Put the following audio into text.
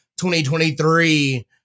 2023